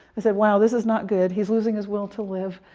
i said wow this is not good. he's losing his will to live.